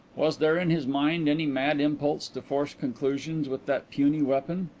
was there in his mind any mad impulse to force conclusions with that puny weapon?